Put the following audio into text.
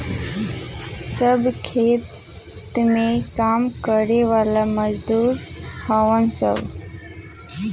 सब खेत में काम करे वाला मजदूर हउवन सन